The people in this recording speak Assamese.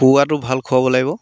পুৱাটো ভাল খোৱাব লাগিব